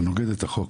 זה נוגד את החוק.